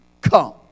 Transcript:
come